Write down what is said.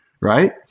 right